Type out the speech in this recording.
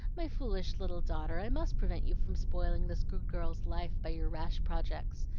my foolish little daughter, i must prevent you from spoiling this good girl's life by your rash projects.